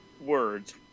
words